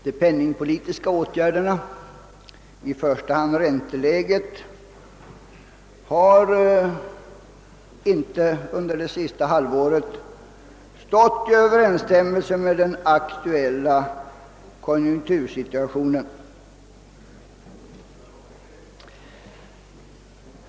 De penningpolitiska åtgärderna — i första hand ränteläget — har under det senaste halvåret inte stått i överensstämmelse med den aktuella konjunktursituationen.